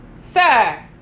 sir